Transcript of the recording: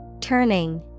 Turning